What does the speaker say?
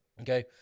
Okay